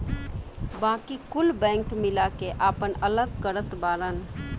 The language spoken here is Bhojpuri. बाकी कुल बैंक मिला के आपन अलग करत बाड़न